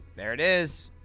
there it is!